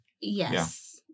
yes